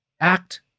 act